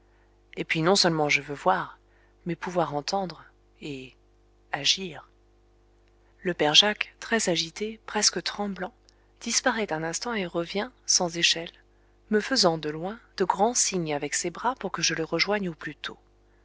et puis non seulement je veux voir mais pouvoir entendre et agir le père jacques très agité presque tremblant disparaît un instant et revient sans échelle me faisant de loin de grands signes avec ses bras pour que je le rejoigne au plus tôt